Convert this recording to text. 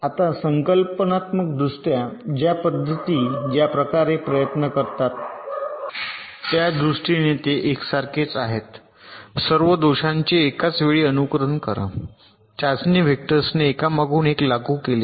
आता संकल्पनात्मकदृष्ट्या या पद्धती ज्या प्रकारे प्रयत्न करतात त्या दृष्टीने ते एकसारखेच आहेत सर्व दोषांचे एकाच वेळी अनुकरण करा चाचणी व्हेक्टर्सने एकामागून एक लागू केले